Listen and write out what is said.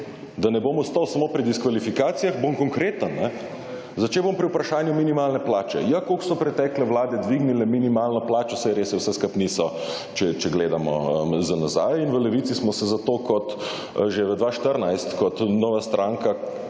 Da ne bom ostal samo pri diskvalifikacijah, bom konkreten. Začel bom pri vprašanju minimalne plače, ja, kako so pretekle vlade dvignile minimalno plačo / nerazumljivo/ se vse skupaj niso, če gledamo za nazaj. In v Levici smo se zato kot že v 2014 kot nova stranka